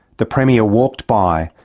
the premier walked by,